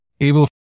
able